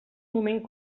moment